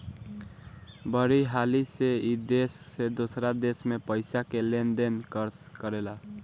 बड़ी हाली से ई देश से दोसरा देश मे पइसा के लेन देन करेला